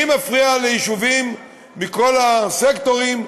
מי מפריע ליישובים מכל הסקטורים,